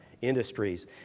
industries